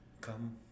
Come